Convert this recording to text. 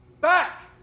back